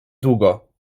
długo